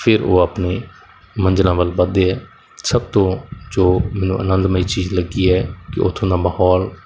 ਫਿਰ ਉਹ ਆਪਣੇ ਮੰਜ਼ਿਲਾਂ ਵੱਲ ਵਧਦੇ ਹੈ ਸਭ ਤੋਂ ਜੋ ਮੈਨੂੰ ਅਨੰਦਮਈ ਚੀਜ਼ ਲੱਗੀ ਹੈ ਕਿ ਉੱਥੋਂ ਦਾ ਮਾਹੌਲ